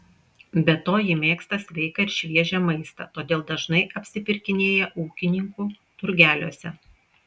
be to ji mėgsta sveiką ir šviežią maistą todėl dažnai apsipirkinėja ūkininkų turgeliuose